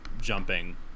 jumping